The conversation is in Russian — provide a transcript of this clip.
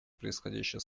происходящие